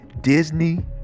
Disney